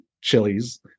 chilies